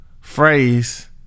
phrase